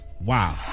Wow